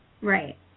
Right